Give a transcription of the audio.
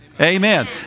Amen